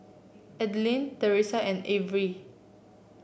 Aidyn Theresa and Avery